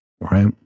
Right